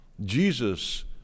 Jesus